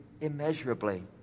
immeasurably